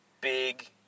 big